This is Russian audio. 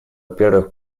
первых